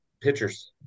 pitchers